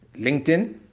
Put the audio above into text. LinkedIn